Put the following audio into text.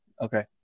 Okay